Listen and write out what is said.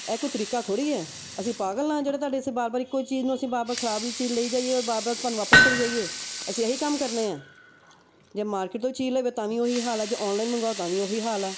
ਇਹ ਕੋਈ ਤਰੀਕਾ ਥੋੜ੍ਹੀ ਹੈ ਅਸੀਂ ਪਾਗਲ ਆ ਜਿਹੜੇ ਤੁਹਾਡੇ ਅਸੀਂ ਵਾਰ ਵਾਰ ਇੱਕੋ ਹੀ ਚੀਜ਼ ਨੂੰ ਅਸੀਂ ਵਾਰ ਵਾਰ ਖ਼ਰਾਬ ਲਈ ਜਾਈਏ ਔਰ ਵਾਰ ਵਾਰ ਤੁਹਾਨੂੰ ਵਾਪਸ ਕਰੀ ਜਾਈਏ ਅਸੀਂ ਇਹੀ ਕੰਮ ਕਰਨੇ ਹੈ ਜੇ ਮਾਰਕੀਟ ਤੋਂ ਉਹ ਚੀਜ਼ ਲਵੇ ਤਾਂ ਵੀ ਉਹੀ ਹਾਲ ਆ ਜੇ ਔਨਲਾਈਨ ਮੰਗਾਓ ਤਾਂ ਵੀ ਉਹੀ ਹਾਲ ਆ